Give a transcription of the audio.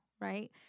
right